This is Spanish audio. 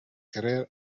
querer